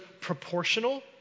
proportional